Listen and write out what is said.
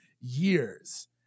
years